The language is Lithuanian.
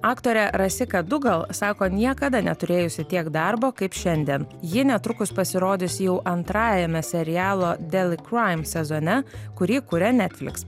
aktorė rasika dugal sako niekada neturėjusi tiek darbo kaip šiandien ji netrukus pasirodys jau antrajame serialo deli kraim sezone kurį kuria netfliks